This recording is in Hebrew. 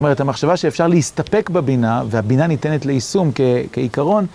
זאת אומרת, המחשבה שאפשר להסתפק בבינה, והבינה ניתנת ליישום כעיקרון.